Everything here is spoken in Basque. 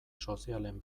sozialen